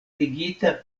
ligita